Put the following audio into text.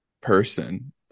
person